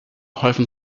häufen